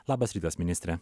labas rytas ministre